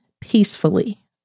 peacefully